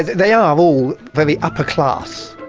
they are all very upper class,